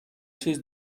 چیز